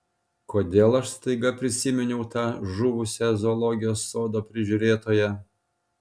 kodėl aš staiga prisiminiau tą žuvusią zoologijos sodo prižiūrėtoją